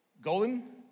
Golden